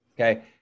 Okay